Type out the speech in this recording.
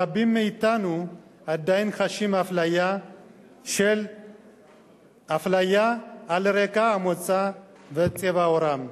רבים מאתנו עדיין חשים אפליה על רקע המוצא וצבע עורם.